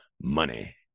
money